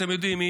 ואתם יודעים,